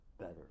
better